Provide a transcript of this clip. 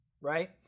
right